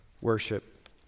worship